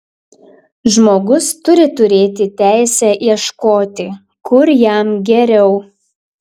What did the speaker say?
žmogus turi turėti teisę ieškoti kur jam geriau